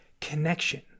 connection